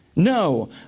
No